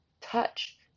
touch